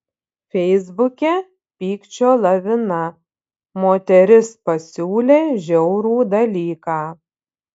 feisbuke pykčio lavina moteris pasiūlė žiaurų dalyką